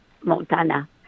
Montana